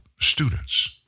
students